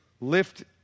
lift